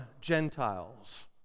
Gentiles